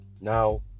now